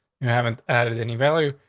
you haven't added any value,